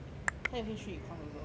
他有 H three econs also